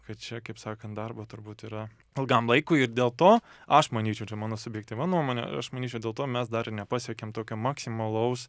kad čia kaip sakan darbo turbūt yra ilgam laikui ir dėl to aš manyčiau čia mano subjektyvia nuomone aš manyčiau dėl to mes dar ir nepasiekėm tokio maksimalaus